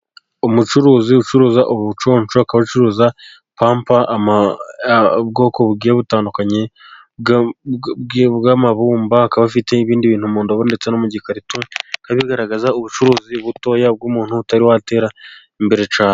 Umucuruzi ucuruza ubuconsho akaba acuruza pampa, ubwoko bugiye butandukanye bw'amabumba, akaba afite ibindi bintu mu ndobo ndetse no mu gikarito, bikaba bigaragaza ubucuruzi butoya bw'umuntu utari watera imbere cyane.